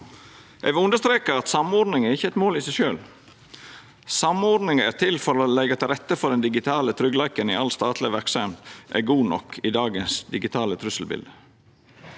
vil understreka at samordning ikkje er eit mål i seg sjølv. Samordning er til for å leggja rette til for at den digitale tryggleiken i all statleg verksemd er god nok i dagens digitale trusselbilete.